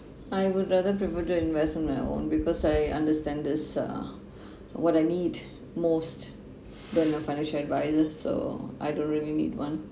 I would rather prefer to invest on my own because I understand this uh what I need most than a financial advisor so I don't really need one